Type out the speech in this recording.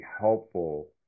helpful